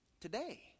today